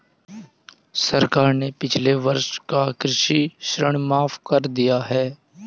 सरकार ने पिछले वर्ष का कृषि ऋण माफ़ कर दिया है